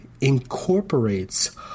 incorporates